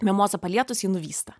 mimozą palietus ji nuvysta